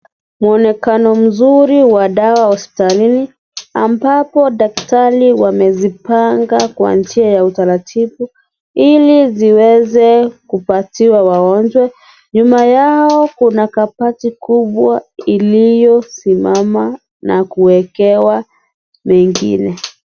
Mwonekano mzuri wa dawa hospitalini ambapo daktari wamezipanga kwa njia ya utaratibu ili ziweze kupatiwa wagonjwa. Nyuma yao kuna kabati kubwa iliyosimama na kuwekewa mengine.